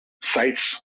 sites